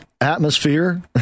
atmosphere